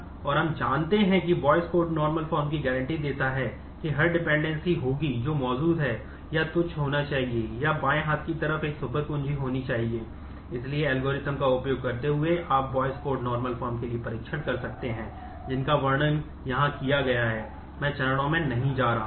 और हम जानते हैं कि बॉयस कॉड नार्मल फॉर्म के लिए परीक्षण कर सकते हैं जिसका वर्णन यहां किया गया है मैं चरणों में नहीं जा रहा हूं